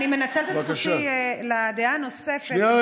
אני מנצלת את זכותי לדעה הנוספת, שנייה.